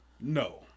No